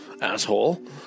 asshole